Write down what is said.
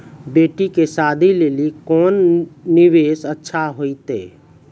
बेटी के शादी लेली कोंन निवेश अच्छा होइतै?